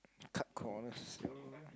cut corners too